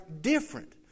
different